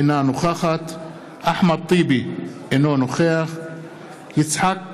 אינה נוכחת אחמד טיבי, אינו נוכח יצחק כהן,